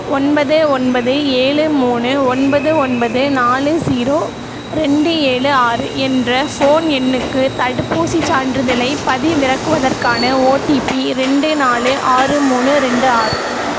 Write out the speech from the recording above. ஒன்பது ஒன்பது ஏழு மூணு ஒன்பது ஒன்பது நாலு ஸீரோ ரெண்டு ஏழு ஆறு என்ற ஃபோன் எண்ணுக்கு தடுப்பூசிச் சான்றிதழைப் பதிவிறக்குவதற்கான ஓடிபி ரெண்டு நாலு ஆறு மூணு ரெண்டு ஆறு